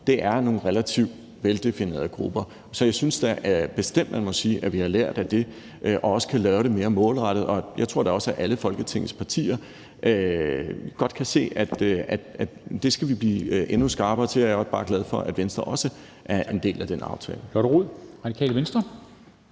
Det er nogle relativt veldefinerede grupper. Så jeg synes da bestemt, at man må sige, at vi har lært af det, og at vi også kan gøre det mere målrettet. Jeg tror da også, at alle Folketingets partier godt kan se, at det skal vi blive endnu skarpere til. Og jeg er også bare glad for, at Venstre også er en del af den aftale.